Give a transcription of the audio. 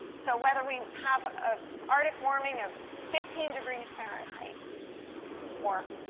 so whether we have ah arctic warming of fifteen degrees fahrenheit or